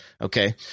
Okay